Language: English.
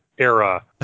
Era